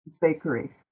bakery